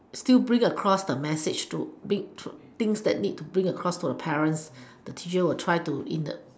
still bring across the message to big to things that need to bring across to the parents the teacher will try to in a